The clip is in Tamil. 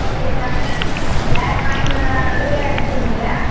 ஓகே சார் சாய்ந்திரம் வந்துருங்கள் சாய்ந்திரம் அளவுலாம் எடுத்துகிட்டு வந்துருங்கள்